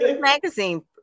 Magazine